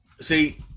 See